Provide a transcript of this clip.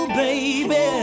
baby